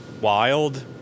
wild